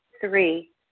Three